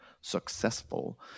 successful